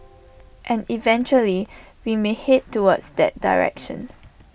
and eventually we may Head towards that direction